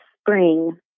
spring